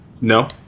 No